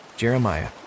Jeremiah